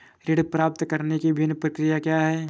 ऋण प्राप्त करने की विभिन्न प्रक्रिया क्या हैं?